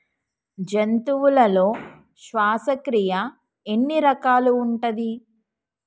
జంతువులలో శ్వాసక్రియ ఎన్ని రకాలు ఉంటది?